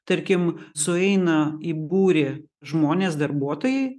tarkim sueina į būrį žmonės darbuotojai